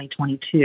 2022